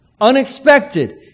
unexpected